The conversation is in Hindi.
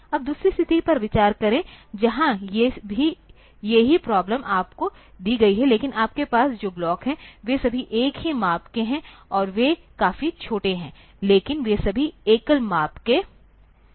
अब दूसरी स्थिति पर विचार करें जहां ये ही प्रॉब्लम आपको दी गई है लेकिन आपके पास जो ब्लॉक हैं वे सभी एक ही माप के हैं और वे काफी छोटे हैं लेकिन वे सभी एकल माप के हैं